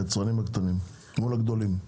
היצרנים הקטנים מול הגדולים?